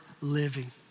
living